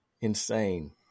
insane